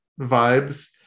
vibes